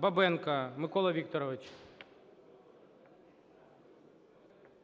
Бабенко Микола Вікторович.